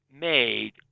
made